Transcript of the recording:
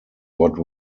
what